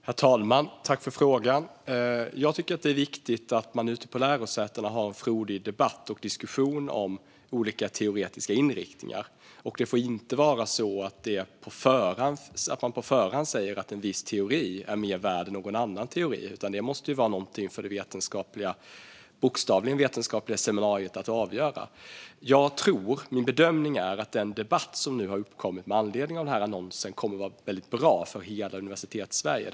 Herr talman! Jag tackar för frågan. Jag tycker att det är viktigt att man ute på lärosätena har en frodig debatt och diskussion om olika teoretiska inriktningar. Det får inte vara så att man på förhand säger att en viss teori är mer värd än någon annan teori, utan det måste vara någonting för, bokstavligen, det vetenskapliga seminariet att avgöra. Min bedömning är att den debatt som nu har uppkommit med anledning av denna annons kommer att vara väldigt bra för hela Universitetssverige.